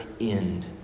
end